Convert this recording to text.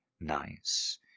nice